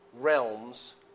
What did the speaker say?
realms